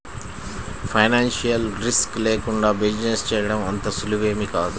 financial risk లేకుండా business చేయడం అంత సులువేమీ కాదు